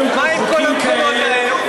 מה עם כל המקומות האלה?